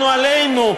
עלינו,